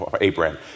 Abraham